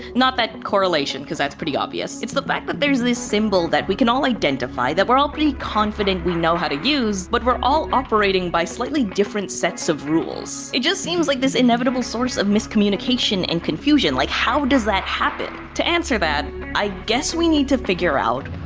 not that correlation, cause that's pretty obvious. it's the fact that but there is this symbol that we can all identify, that we're all pretty confident we know how to use, but we're all operating by slightly different sets of rules. it just seems like this inevitable source of miscommunication and confusion, like how does that happen? to answer that, i guess we need to figure out,